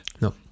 No